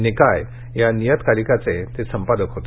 निकाय या नियतकालिकाचे ते संपादक होते